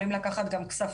הם יכולים לקחת גם כספים,